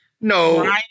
No